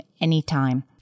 anytime